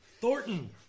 Thornton